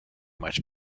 much